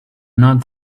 not